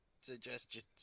suggestions